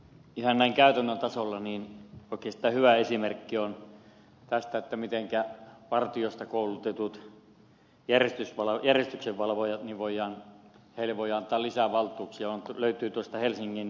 ihan näin käytännön tasolla oikeastaan hyvä esimerkki tästä mitenkä vartijoista koulutetuille järjestyksenvalvojille voidaan antaa lisää valtuuksia löytyy tuosta helsingin rautatieasemalta